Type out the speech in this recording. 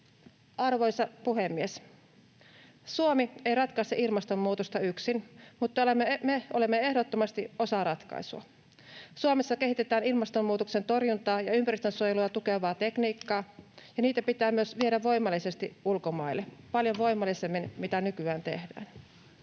Arvoisa puhemies! Suomi ei ratkaise ilmastonmuutosta yksin, mutta me olemme ehdottomasti osa ratkaisua. Suomessa kehitetään ilmastonmuutoksen torjuntaa ja ympäristönsuojelua tukevaa tekniikkaa, ja niitä pitää myös viedä voimallisesti ulkomaille, paljon voimallisemmin kuin nykyään tehdään.